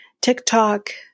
TikTok